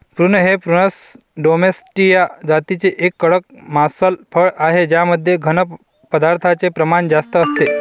prune हे Prunus domestica जातीचे एक कडक मांसल फळ आहे ज्यामध्ये घन पदार्थांचे प्रमाण जास्त असते